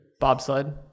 bobsled